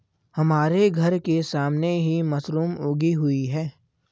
हमारे घर के सामने ही मशरूम उगी हुई है